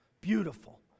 Beautiful